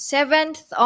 Seventh